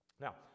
Now